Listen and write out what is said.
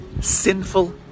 sinful